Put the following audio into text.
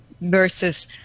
versus